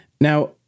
Now